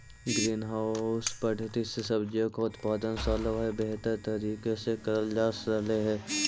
green house पद्धति से सब्जियों का उत्पादन सालों भर बेहतर तरीके से करल जा रहलई हे